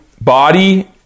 body